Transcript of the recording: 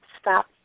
Stop